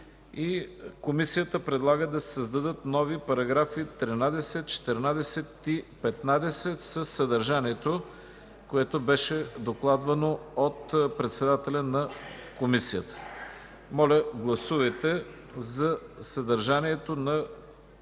Комисията предлага да се създадат нови параграфи 13, 14 и 15 със съдържанието, което беше докладвано от председателя на Комисията. Моля, гласувайте за съдържанието на трите